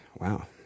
Wow